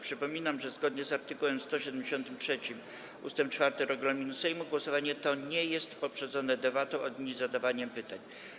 Przypominam, że zgodnie z art. 173 ust. 4 regulaminu Sejmu głosowanie to nie jest poprzedzone debatą ani zadawaniem pytań.